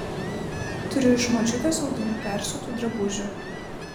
turiu iš močiutės audinių persiūtų drabužių